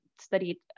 studied